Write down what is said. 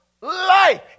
life